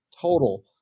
total